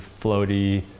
floaty